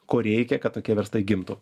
ko reikia kad tokie verslai gimtų